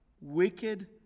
wicked